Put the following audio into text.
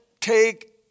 take